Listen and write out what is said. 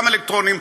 גם אלקטרוניים,